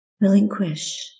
relinquish